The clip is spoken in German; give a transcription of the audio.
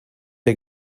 der